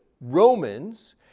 Romans